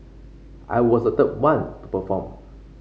I was the one to perform